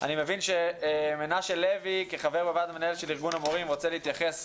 אני מבין שמנשה לוי כחבר בוועד המנהל של ארגון המורים רוצה להתייחס